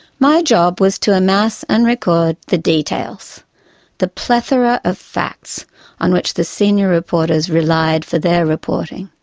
my job was to amass and record the details the plethora of facts on which the senior reporters relied for their reporting.